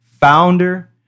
founder